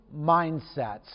mindsets